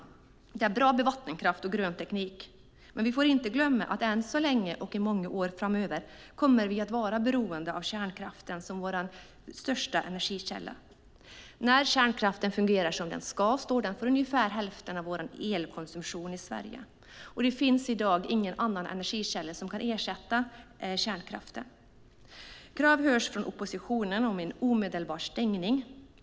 Det är bra med vattenkraft och grön teknik. Men vi får inte glömma att vi än så länge och i många år framöver kommer att vara beroende av kärnkraften som vår största energikälla. När kärnkraften fungerar som den ska står den för ungefär hälften av elkonsumtionen i Sverige. Det finns i dag ingen annan energikälla som kan ersätta kärnkraften. Krav hörs från oppositionen om en omedelbar stängning.